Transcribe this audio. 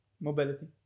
Mobility